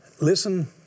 Listen